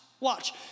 Watch